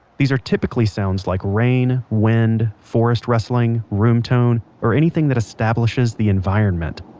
these are typically sounds like rain, wind, forest rustling, room tone, or anything that establishes the environment